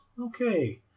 okay